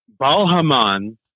Balhaman